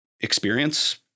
experience